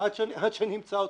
עד שאני אמצא אותך.